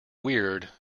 weird